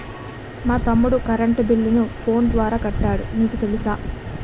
మా తమ్ముడు కరెంటు బిల్లును ఫోను ద్వారా కట్టాడు నీకు తెలుసా